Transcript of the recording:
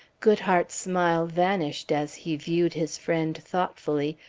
goodhart's smile vanished as he viewed his friend thoughtfully,